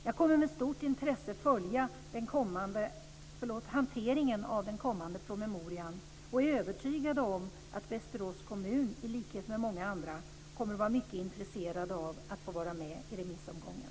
Jag kommer att med stort intresse följa hanteringen av den kommande promemorian och är övertygad om att Västerås kommun i likhet med många andra kommer att vara mycket intresserad av att få vara med i remissomgången.